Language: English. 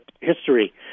history